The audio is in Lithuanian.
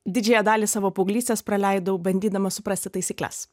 didžiąją dalį savo paauglystės praleidau bandydamas suprasti taisykles